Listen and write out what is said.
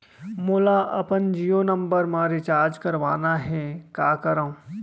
मोला अपन जियो नंबर म रिचार्ज करवाना हे, का करव?